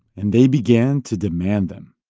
and they began to demand them